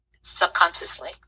subconsciously